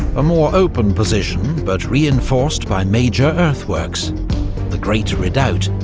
a more open position, but reinforced by major earthworks the great redoubt,